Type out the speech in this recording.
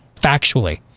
factually